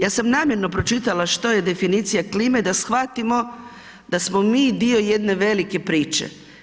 Ja sam namjerno pročitala što je definicija klime da shvatimo da smo mi dio jedne velike priče.